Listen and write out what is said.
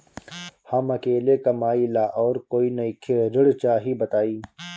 हम अकेले कमाई ला और कोई नइखे ऋण चाही बताई?